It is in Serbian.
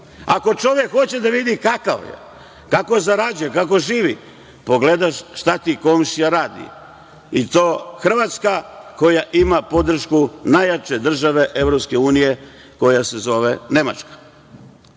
Ako čovek hoće da vidi kakav je, kako zarađuje, kako živi, pogledaš šta ti komšija radi, i to Hrvatska koja ima podršku najjače države Evropske unije, koja se zove Nemačka. Tako